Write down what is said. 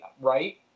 right